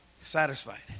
Satisfied